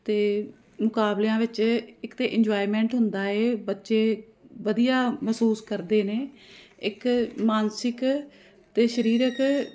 ਅਤੇ ਮੁਕਾਬਲਿਆਂ ਵਿੱਚ ਇੱਕ ਤਾਂ ਇੰਜੋਇਮੈਂਟ ਹੁੰਦਾ ਏ ਬੱਚੇ ਵਧੀਆ ਮਹਿਸੂਸ ਕਰਦੇ ਨੇ ਇੱਕ ਮਾਨਸਿਕ ਅਤੇ ਸਰੀਰਕ